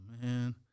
man